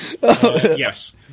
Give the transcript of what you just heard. Yes